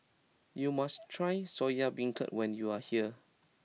you must try Soya Beancurd when you are here